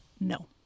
No